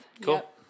Cool